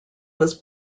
was